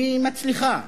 והיא מצליחה.